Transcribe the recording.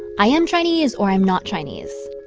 i am chinese or i'm not chinese.